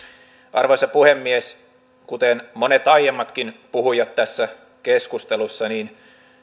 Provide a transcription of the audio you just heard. arvoisa puhemies kuten monet aiemmatkin puhujat tässä keskustelussa niin